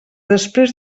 després